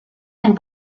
and